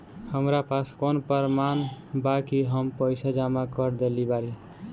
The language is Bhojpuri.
हमरा पास कौन प्रमाण बा कि हम पईसा जमा कर देली बारी?